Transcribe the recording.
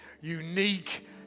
unique